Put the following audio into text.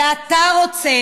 ואתה רוצה